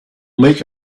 make